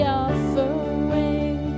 offering